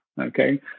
Okay